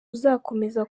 uzakomeza